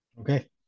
okay